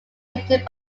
written